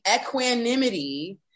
equanimity